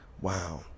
Wow